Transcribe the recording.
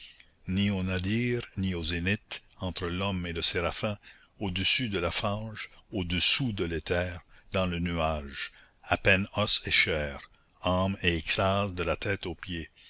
ni au nadir ni au zénith entre l'homme et le séraphin au-dessus de la fange au-dessous de l'éther dans le nuage à peine os et chair âme et extase de la tête aux pieds